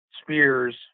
spears